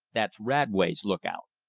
that's radway's lookout.